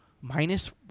minus